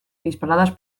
disparadas